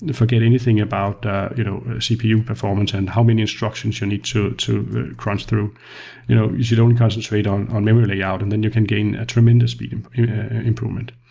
and forget anything about you know cpu performance and how many instructions you need to to crunch through. you know you should only concentrate on on memory layout and then you can gain a tremendous speed improvement.